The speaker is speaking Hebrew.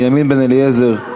בנימין בן-אליעזר,